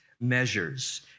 measures